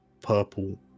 purple